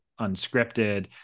unscripted